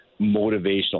motivational